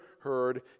heard